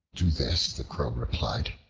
to this the crow replied,